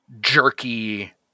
jerky